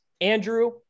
Andrew